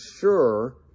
sure